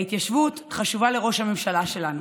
ההתיישבות חשובה לראש הממשלה שלנו,